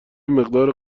مقدار